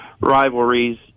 rivalries